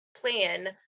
plan